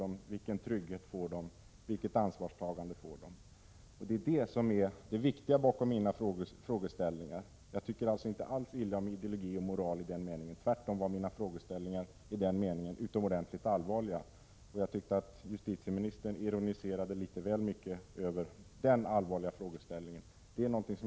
Det handlar alltså inte endast om knivförbud eller kommande åtgärder när det gäller åtalsunderlåtelse och dylikt. Jag tycker inte alls illa om idelogi och moral i den här frågan. Tvärtom var mina frågeställningar i den meningen utomordentligt allvarliga. Enligt min åsikt ironiserade justitieministern litet väl mycket över den allvarliga frågeställningen.